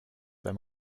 them